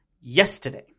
yesterday